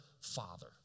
Father